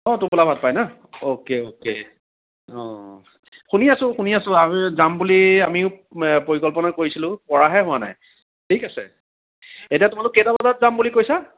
অ' তুপোলা ভাত পায় না অ'কে অ'কে অ' শুনি আছোঁ শুনি আছোঁ আমিও যাম বুলি পৰিকল্পনা কৰিছিলোঁ কৰাহে হোৱা নাই ঠিক আছে এতিয়া তোমালোক কেটাবজাত যাম বুলি কৈছা